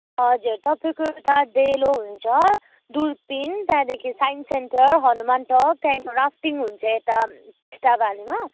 हजुर तपाईँको एउटा डेलो हुन्छ दुर्पिन त्यहाँदेखि साइन्स सेन्टर हनुमान टप त्यहाँदेखि राफ्टिङ हुन्छ टिस्टा भ्यालीमा